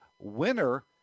winner